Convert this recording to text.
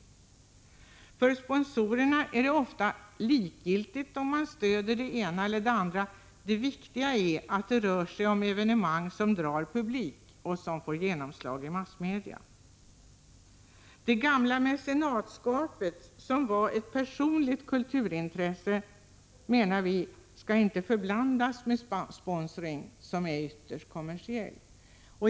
För 25 april 1986 sponsorerna är det ofta likgiltigt om de stöder det ena eller det andra. Det viktiga är att det rör sig om evenemang som drar publik och som får genomslag i massmedia. Det gamla mecenatskapet, som utgick från ett personligt kulturintresse, skall inte blandas ihop med sponsring, som är ytterst kommersiell.